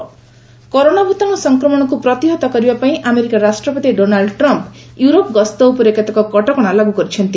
Trump corona corona ଭୂତାଣୁ ସଂକ୍ରମଣକୁ ରୋକିବା କରିବାପାଇଁ ଆମେରିକା ରାଷ୍ଟ୍ରପତି ଡୋନାଲ୍ଚ ଟ୍ରମ୍ପ ୟୁରୋପ ଗସ୍ତ ଉପରେ କେତେକ କଟକଶା ଲାଗୁ କରିଛନ୍ତି